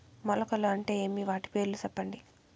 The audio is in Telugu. మొలకలు అంటే ఏమి? వాటి పేర్లు సెప్పండి?